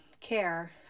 care